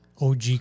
OG